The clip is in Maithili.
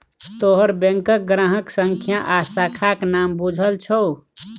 तोहर बैंकक ग्राहक संख्या आ शाखाक नाम बुझल छौ